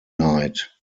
night